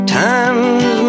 times